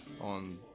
on